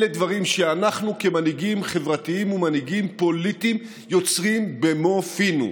אלה דברים שאנחנו כמנהיגים חברתיים וכמנהיגים פוליטיים יוצרים במו פינו.